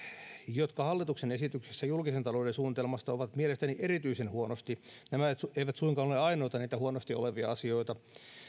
jotka hallituksen esityksessä julkisen talouden suunnitelmasta ovat mielestäni erityisen huonosti nämä eivät suinkaan ole ainoita huonosti olevia asioita